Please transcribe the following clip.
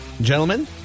Gentlemen